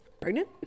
Pregnant